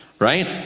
Right